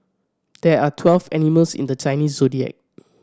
there are twelve animals in the Chinese Zodiac